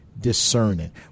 discerning